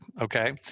Okay